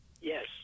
Yes